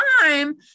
time